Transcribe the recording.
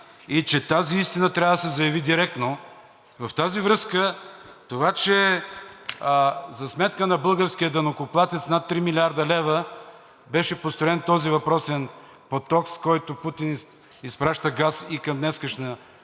и че тази истина трябва да се заяви директно. В тази връзка това, че за сметка на българския данъкоплатец с над 3 млрд. лв. беше построен този въпросен поток, с който Путин изпраща газ и към днешна